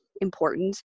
important